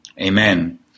Amen